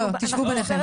תשבו ביניכם,